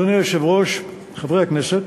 אדוני היושב-ראש, חברי הכנסת,